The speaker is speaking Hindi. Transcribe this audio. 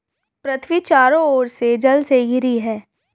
पृथ्वी चारों ओर से जल से घिरी है